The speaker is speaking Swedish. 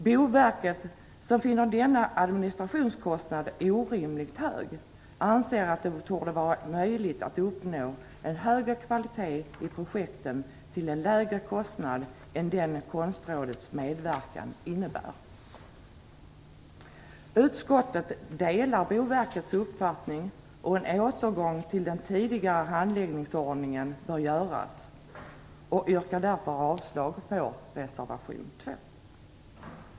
Boverket, som finner denna administrationskostnad orimligt hög, anser att det torde vara möjligt att uppnå en högre kvalitet i projekten till en lägre kostnad än den som Konstrådets medverkan innebär. Utskottet delar Boverkets uppfattning. En återgång till den tidigare handläggningsordningen bör ske. Jag yrkar därför avslag på reservation 2.